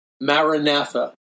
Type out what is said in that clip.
Maranatha